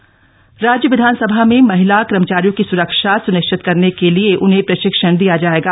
महिला प्रशिक्षण राज्य विधानसभा में महिला कर्मचारियों की सुरक्षा सुनिश्चित करने के लिए उन्हें प्रशिक्षण दिया जाएगा